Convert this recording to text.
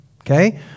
okay